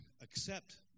accept